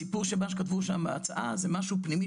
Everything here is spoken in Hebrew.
הסיפור של מה שכתבו שם בהצעה זה משהו פנימי